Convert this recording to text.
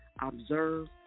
observe